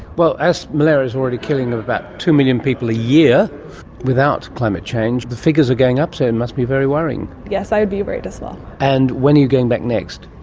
well, as malaria is already killing about two million people a year without climate change, the figures are going up, so it and must be very worrying. yes, i would be worried as well. and when are you going back next?